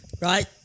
right